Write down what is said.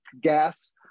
gas